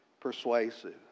persuasive